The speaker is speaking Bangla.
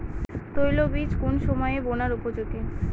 তৈলবীজ কোন সময়ে বোনার উপযোগী?